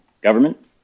government